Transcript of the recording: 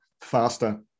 faster